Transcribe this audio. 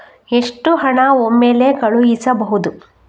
ಎಷ್ಟು ಹಣ ಒಮ್ಮೆಲೇ ಕಳುಹಿಸಬಹುದು?